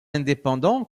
indépendants